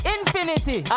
Infinity